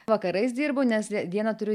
vakarais dirbu nes dieną turiu